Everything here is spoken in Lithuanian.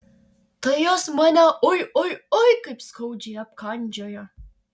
tai jos mane oi oi oi kaip skaudžiai apkandžiojo